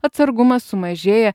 atsargumas sumažėja